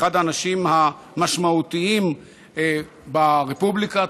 אחד האנשים המשמעותיים ברפובליקה.